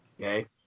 Okay